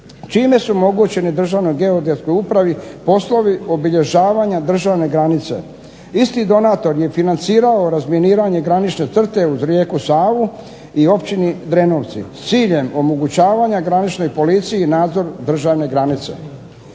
čime su omogućeni Državnoj geodetskoj upravi poslovi obilježavanja državne granice. Isti donator je financirao razminiranje granične tvrtke uz rijeku Savu i općini Drenovci s ciljem omogućavanja graničnoj policiji nadzor državne granice.